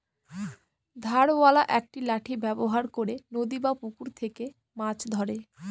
ধারওয়ালা একটি লাঠি ব্যবহার করে নদী বা পুকুরে থেকে মাছ ধরে